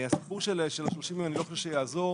הסיפור של ה-30 יום, אני לא חושב שיעזור.